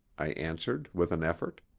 i answered, with an effort.